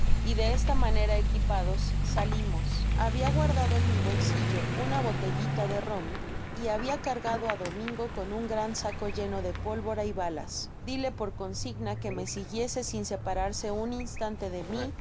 y de esta manera equipados salimos habia guardado en mi bolsillo una botellita de rom y habia cargado á domingo con un gran saco lleno de pólvora y balas dilo por consigna que me siguiese sin separarse un instante de mi